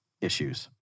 issues